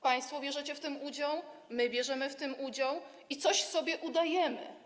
Państwo bierzecie w tym udział, my bierzemy w tym udział i coś sobie udajemy.